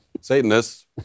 Satanists